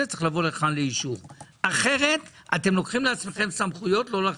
צריך לבוא לכאן לאישור אחרת אתם לוקחים לעצמכם סמכויות לא לכם.